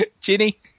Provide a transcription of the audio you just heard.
Ginny